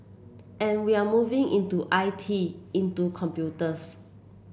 and we're moving into I T into computers